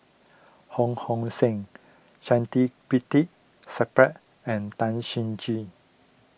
Ho Hong Sing and Tan